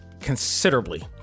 considerably